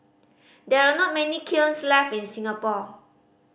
there are not many kilns left in Singapore